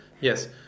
Yes